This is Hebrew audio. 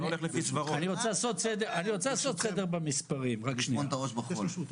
זה לטמון את הראש בחול.